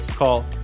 Call